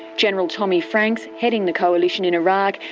general tommy franks, heading the coalition in iraq,